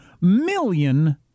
million